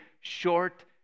short